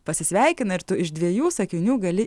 pasisveikina ir tu iš dviejų sakinių gali